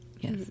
yes